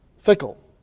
Fickle